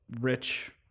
rich